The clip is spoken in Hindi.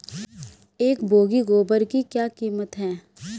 एक बोगी गोबर की क्या कीमत है?